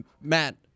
Matt